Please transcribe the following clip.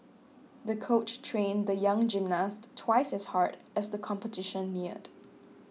the coach trained the young gymnast twice as hard as the competition neared